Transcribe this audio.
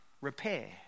repair